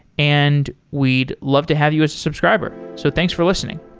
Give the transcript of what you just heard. and we'd love to have you as subscriber. so thanks for listening.